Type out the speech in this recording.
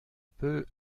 peu